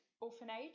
orphanage